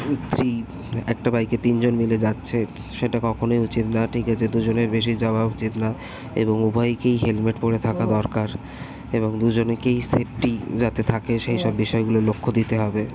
উ three একটা বাইকে তিনজন মিলে যাচ্ছে সেটা কখনোই উচিত না ঠিক আছে দুজনের বেশি যাওয়া উচিত না এবং উভয়কেই হেলমেট পরে থাকা দরকার এবং দুজনকেই সেফটি যাতে থাকে সেই সব বিষয়গুলো লক্ষ্য দিতে হবে